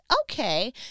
okay